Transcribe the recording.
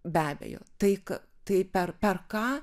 be abejo tai ką tai per per ką